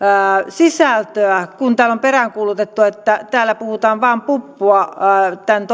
sisältöä kun täällä on peräänkuulutettu että täällä puhutaan vain puppua tämän